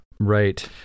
Right